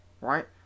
right